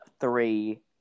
Three